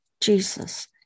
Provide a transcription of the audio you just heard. Jesus